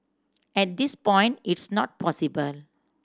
at this point it's not possible